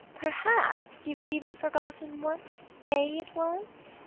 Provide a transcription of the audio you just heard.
perhaps you have even forgotten what day it was?